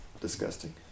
disgusting